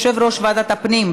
מוועדת העבודה,